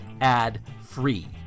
ad-free